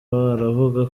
aravuga